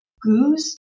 Goose